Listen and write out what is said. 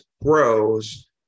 grows